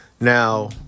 Now